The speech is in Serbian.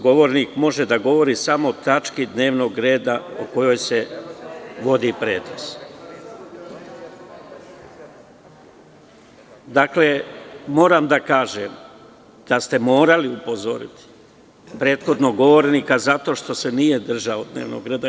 Govornik može da govori samo o tački dnevnog reda o kojoj se vodi pretres.“ Dakle, moram da kažem da ste morali upozoriti prethodnog govornika zato što se nije državo dnevnog reda.